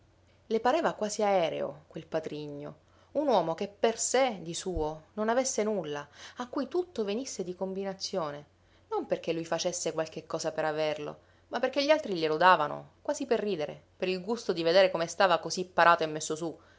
le pareva quasi aereo quel patrigno un uomo che per sé di suo non avesse nulla a cui tutto venisse di combinazione non perché lui facesse qualche cosa per averlo ma perché gli altri glielo davano quasi per ridere per il gusto di vedere come stava così parato e messo su